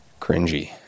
cringy